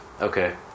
Okay